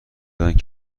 دادند